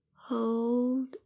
Hold